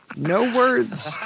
no words.